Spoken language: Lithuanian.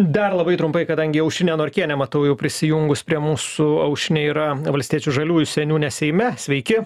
dar labai trumpai kadangi aušrinė norkienė matau jau prisijungus prie mūsų aušrinė yra valstiečių žaliųjų seniūnė seime sveiki